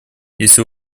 если